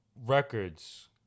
records